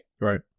right